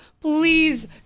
please